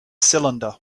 cylinder